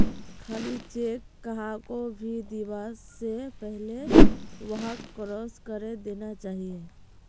खाली चेक कहाको भी दीबा स पहले वहाक क्रॉस करे देना चाहिए